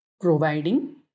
providing